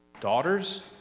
daughters